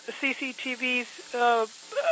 CCTVs